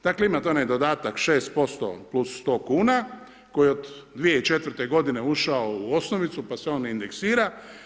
Dakle, imate onaj dodatak 6% plus 100 kuna koji je od 2004. godine ušao u osnovicu pa se on indeksira.